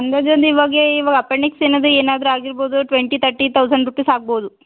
ಅಂದಾಜು ಒಂದು ಇವಾಗ ಇವಾಗ ಅಪೆಂಡಿಕ್ಸ್ ಏನದು ಏನಾದರೂ ಆಗಿರ್ಬೋದು ಟ್ವೆಂಟಿ ತರ್ಟಿ ತೌಸಂಡ್ ರುಪಿಸ್ ಆಗ್ಬೌದು